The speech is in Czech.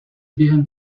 během